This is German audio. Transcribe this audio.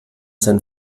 sein